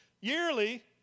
yearly